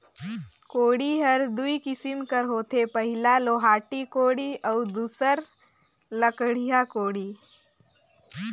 कोड़ी हर दुई किसिम कर होथे पहिला लोहाटी कोड़ी अउ दूसर लकड़िहा कोड़ी